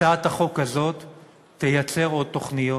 הצעת החוק הזו תייצר עוד תוכניות.